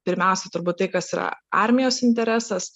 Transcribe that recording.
pirmiausia turbūt tai kas yra armijos interesas